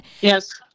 yes